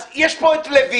אז יש פה את לויט,